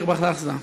חרבת אחזעה.